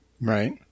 Right